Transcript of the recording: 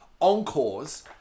Encores